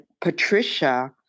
Patricia